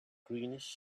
greenish